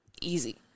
Easy